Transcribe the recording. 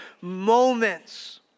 moments